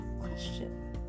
question